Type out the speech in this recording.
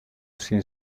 sin